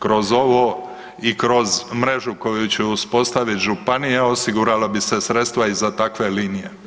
Kroz ovo i kroz mrežu koju će uspostaviti županija osigurala bi se sredstva i za takve linije.